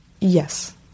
Yes